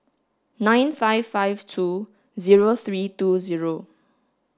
nine five five two zero three two zero